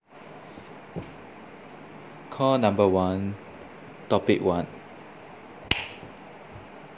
call number one topic one